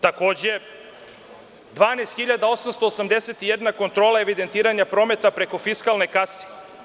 Takođe, 12.881 kontrola evidentiranja prometa preko fiskalne kase.